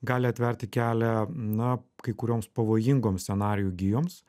gali atverti kelią na kai kurioms pavojingoms scenarijų gijoms